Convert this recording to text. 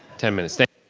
ten minutes, thank